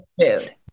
food